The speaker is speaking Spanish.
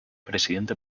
presidente